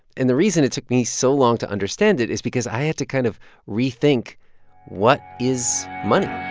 and the reason it took me so long to understand it is because i had to kind of rethink what is money